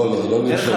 לא, לא נרשמים.